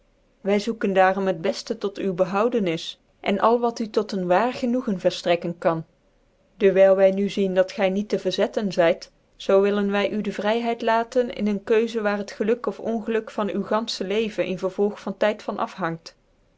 wy zoeken daarom het befte tot uwe behoudenis en al wat u tot een waar genoegen verftrekken kan dewijl wy nu zien dat gy niet tc verzetten zyt zoo willen wy udevryheid laten in een keuze waar het geluk of ongeluk van u ganfehc leven in vervolg van tyd van afhangt